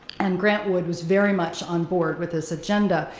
and grant wood was very much on board with this agenda.